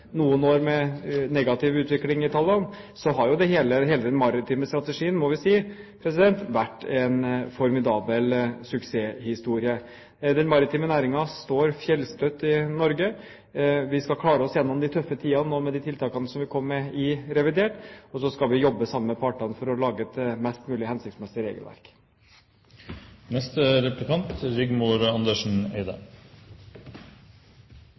noen år med negativ utvikling i tallene, så har jo hele den maritime strategien – må vi si – vært en formidabel suksesshistorie. Den maritime næringen står fjellstøtt i Norge. Vi skal klare oss gjennom de tøffe tidene nå med de tiltakene vi kom med i revidert, og så skal vi jobbe sammen med partene for å lage et mest mulig hensiktsmessig